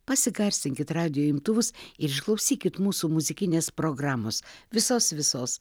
pasigarsinkit radijo imtuvus ir išklausykit mūsų muzikinės programos visos visos